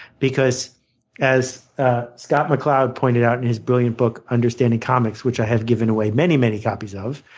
because as ah scott mccloud pointed out in his brilliant book, understanding comics, which i have given away many, many copies of,